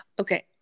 Okay